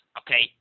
okay